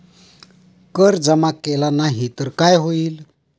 कर जमा केला नाही तर काय होईल?